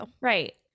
Right